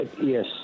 Yes